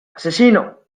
asesino